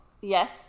Yes